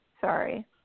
Sorry